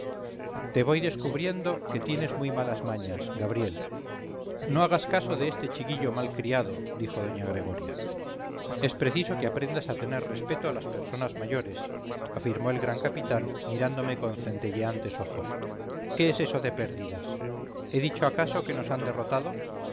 te voy descubriendo que tienes muy malas mañas gabriel no hagas caso de este chiquillo mal criado dijo doña gregoria es preciso que aprendas a tener respeto a las personas mayores afirmó el gran capitán mirándome con centelleantes ojos qué es eso de pérdidas he dicho acaso que nos han derrotado